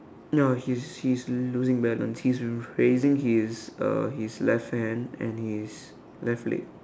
now he's he's losing balance he's raising his uh his left hand and his left leg